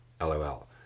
lol